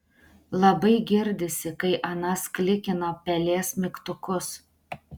labai girdisi kai anas klikina pelės mygtukus